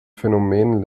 phänomen